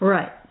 Right